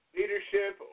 leadership